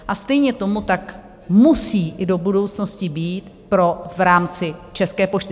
A stejně tomu tak musí i do budoucnosti být v rámci České pošty.